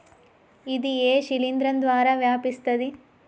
ఇది ఏ శిలింద్రం ద్వారా వ్యాపిస్తది?